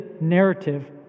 narrative